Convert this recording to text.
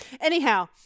anyhow